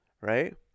Right